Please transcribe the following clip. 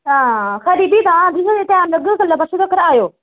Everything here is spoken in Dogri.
हां खरी भी तां जिसलै बी टैम लग्गग कल्लै परसूं तक्कर आएओ